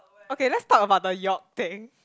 okay let's talk about the York thing